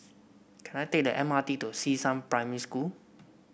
can I take the M R T to Xishan Primary School